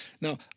Now